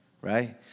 Right